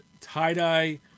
tie-dye